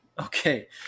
okay